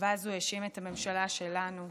ואז הוא האשים את הממשלה שלנו.